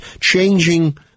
changing